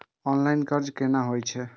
Online कर्ज केना होई छै?